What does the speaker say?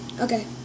okay